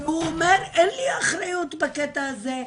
הוא אומר: אין לי אחריות בקטע הזה,